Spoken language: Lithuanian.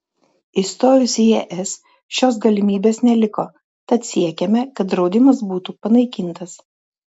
įstojus į es šios galimybės neliko tad siekiame kad draudimas būtų panaikintas